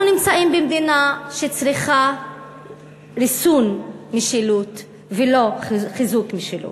אנחנו נמצאים במדינה שצריכה ריסון משילות ולא חיזוק משילות.